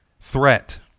threat